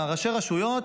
ראשי הרשויות,